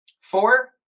four